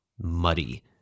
muddy